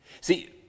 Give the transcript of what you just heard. See